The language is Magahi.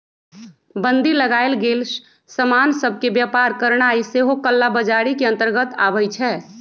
बन्दी लगाएल गेल समान सभ के व्यापार करनाइ सेहो कला बजारी के अंतर्गत आबइ छै